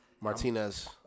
Martinez